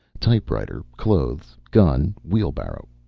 typewriter, clothes, gun, wheelbarrow.